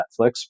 Netflix